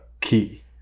key